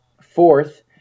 Fourth